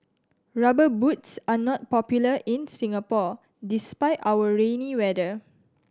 Rubber Boots are not popular in Singapore despite our rainy weather